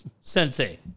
sensei